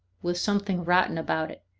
with something rotten about it,